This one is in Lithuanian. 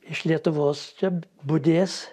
iš lietuvos čia budės